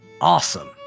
awesome